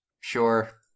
Sure